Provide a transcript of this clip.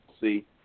see